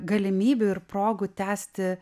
galimybių ir progų tęsti